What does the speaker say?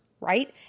Right